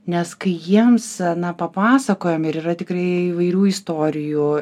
nes kai jiems na papasakojam ir yra tikrai įvairių istorijų